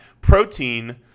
protein